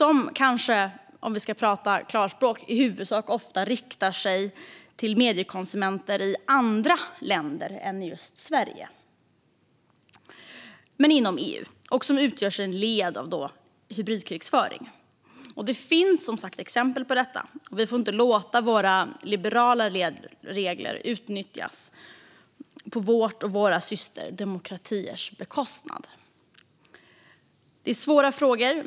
Om vi ska tala klarspråk riktar det ofta sig i huvudsak till mediekonsumenter i andra länder än just Sverige men inom EU och utgör ett led i hybridkrigföring. Det finns exempel på detta. Vi får inte låta våra liberala regler utnyttjas på vår och våra systerdemokratiers bekostnad. Det är svåra frågor.